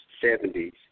seventies